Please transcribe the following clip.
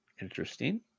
Interesting